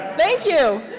thank you.